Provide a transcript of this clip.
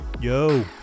Yo